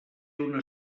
una